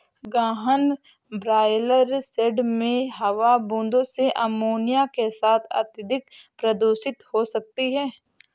गहन ब्रॉयलर शेड में हवा बूंदों से अमोनिया के साथ अत्यधिक प्रदूषित हो सकती है